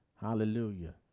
Hallelujah